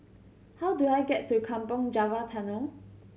how do I get to Kampong Java Tunnel